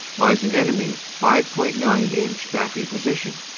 lies an enemy five point nine inch battery position.